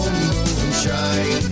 moonshine